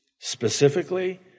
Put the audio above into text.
Specifically